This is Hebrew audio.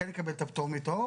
כן יש את הפטור מתור,